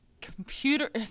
computer